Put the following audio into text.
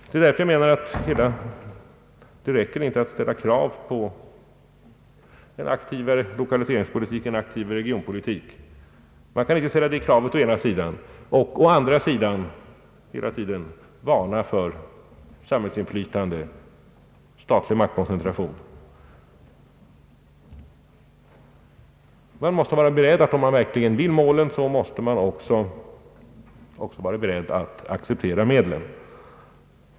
Det är därför jag anser att man inte kan å ena sidan ställa krav på en aktivare lokaliseringspolitik och en aktivare regionpolitik och å andra sidan hela tiden varna för samhällsinflytande och statlig maktkoncentration. Om man verkligen vill nå målen, måste man också vara beredd att acceptera medlen.